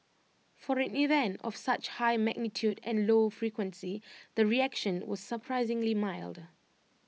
for an event of such high magnitude and low frequency the reaction was surprisingly mild